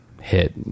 hit